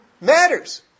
matters